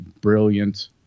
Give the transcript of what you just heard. brilliant